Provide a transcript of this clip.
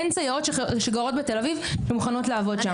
אין סייעות שגרות בתל אביב ומוכנות לעבוד שם.